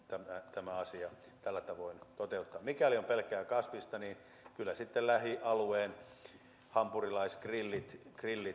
tämä asia tällä tavoin toteuttaa mikäli on pelkkää kasvista niin kyllä sitten lähialueen hampurilaisgrillit